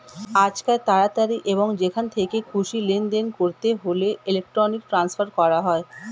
আজকাল তাড়াতাড়ি এবং যেখান থেকে খুশি লেনদেন করতে হলে ইলেক্ট্রনিক ট্রান্সফার করা হয়